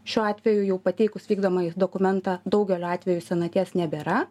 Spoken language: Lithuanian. šiuo atveju jau pateikus vykdomąjį dokumentą daugeliu atvejų senaties nebėra